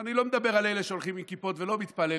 אני לא מדבר על אלה שהולכים עם כיפות ולא מתפללים,